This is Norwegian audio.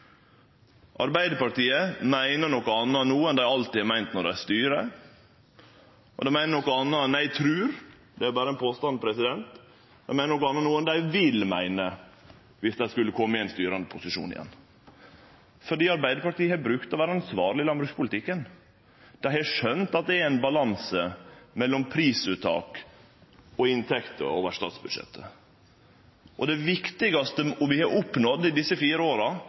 Arbeidarpartiet meiner noko anna no enn dei alltid har meint når dei styrer, og dei meiner noko anna enn dei trur – det er berre ein påstand. Dei meiner noko anna no enn dei vil meine om dei kjem i ein styrande posisjon igjen, fordi Arbeidarpartiet har brukt å vere ansvarleg i landbrukspolitikken. Dei har skjøna at det er ein balanse mellom prisuttak og inntekter over statsbudsjettet. Det viktigaste vi har oppnådd i desse fire åra,